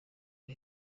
ari